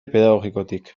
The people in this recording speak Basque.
pedagogikotik